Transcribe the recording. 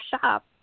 shop